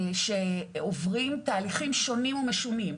שעוברים תהליכים שונים ומשונים.